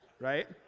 Right